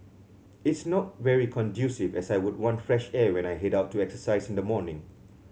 it's not very conducive as I would want fresh air when I head out to exercise in the morning